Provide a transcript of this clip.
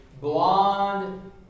blonde